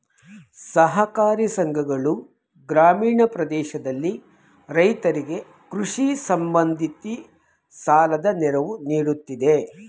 ಸಹಕಾರಿ ಸಂಘಗಳು ಗ್ರಾಮೀಣ ಪ್ರದೇಶದಲ್ಲಿ ರೈತರಿಗೆ ಕೃಷಿ ಸಂಬಂಧಿ ಸಾಲದ ನೆರವು ನೀಡುತ್ತಿದೆ